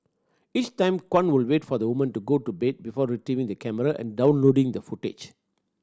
each time Kwan would wait for the woman to go to bed before retrieving the camera and downloading the footage